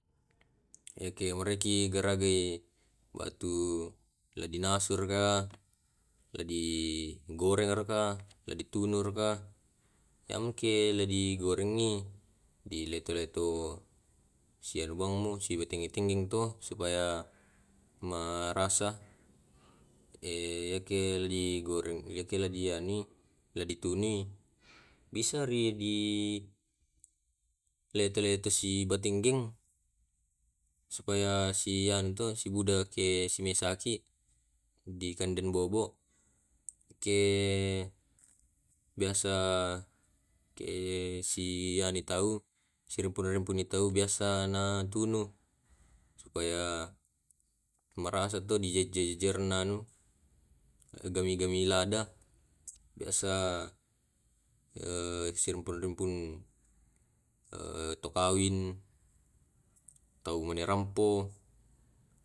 Ehh ke muraiki ehh garagai batu la dinasu raka, la digoreng raka, eh di tunu raka. Iyamke le digorengi di leto leto si anu bang nu sitengge tengge to supaya merasa. Eh yake li goreng eh yake di ani la di tuni bisa ri di leto leto sibatenggeng, supaya si anu to si buda ke simesaki, dikanden bobo. Kie biasa ke sie ani tau si rumpuni rumpuni tau biasa na tunu supaya marasa to di jejer jejerna anu. Gammi lada. Biasa eh si rumpun rumpun to kawin, tau menerampo.